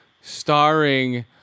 starring